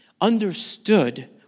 understood